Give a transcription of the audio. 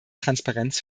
transparenz